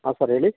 ಹಾಂ ಸರ್ ಹೇಳಿ